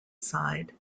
side